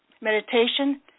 meditation